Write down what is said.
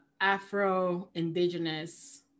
Afro-Indigenous